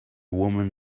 woman